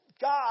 God